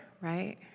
right